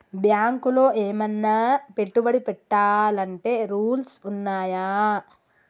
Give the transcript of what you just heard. బ్యాంకులో ఏమన్నా పెట్టుబడి పెట్టాలంటే రూల్స్ ఉన్నయా?